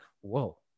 Whoa